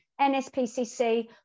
NSPCC